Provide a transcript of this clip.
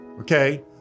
okay